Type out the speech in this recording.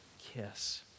kiss